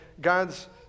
God's